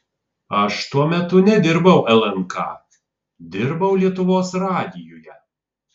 aš tuo metu nedirbau lnk dirbau lietuvos radijuje